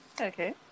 Okay